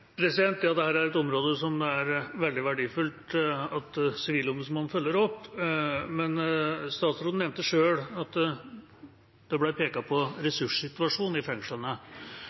et område som det er veldig verdifullt at Sivilombudsmannen følger opp. Men statsråden nevnte selv at det ble pekt på ressurssituasjonen i fengslene.